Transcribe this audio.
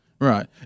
Right